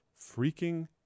freaking